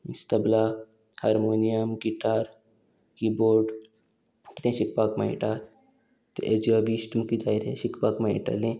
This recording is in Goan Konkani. means tabla harmonium guitar keyboard कितेंय शिकपाक मेयटा हेजे विश्ट तुमकां जाय तें शिकपाक मेयटलें